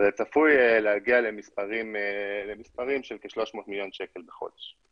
אבל זה צפוי להגיע למספרים של כ-300 מיליון שקל בחודש.